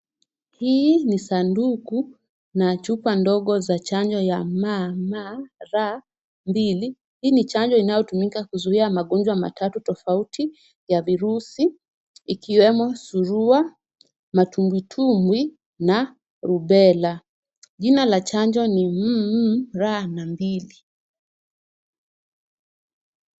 Hii ni sanduku na chupa ndogo za chanjo ya M-M-R II. Hii ni chanjo inayotumika kuzuia magonjwa matatu tofauti ya virusi ikiwemo surua, matumbitumbi na rubella. Jina la chanjo ni M-M-R II.